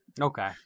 Okay